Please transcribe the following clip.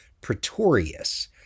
Pretorius